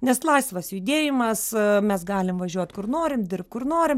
nes laisvas judėjimas mes galim važiuot kur norim dirbt kur norim